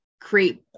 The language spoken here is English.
create